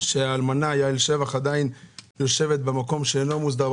שהאלמנה יעל שבח עדיין יושבת במקום שאינו מוסדר,